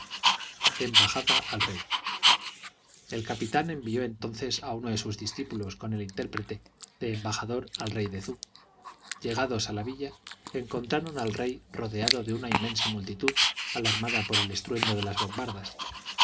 embajada al rey el capitán envió entonces a uno de sus discípulos con el intérprete de embajador al rey de zubu llegados a la villa encontraron al rey rodeado de una inmensa multitud alarmada por el estruendo de las bombardas el